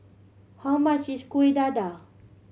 how much is Kueh Dadar